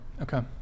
Okay